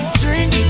drink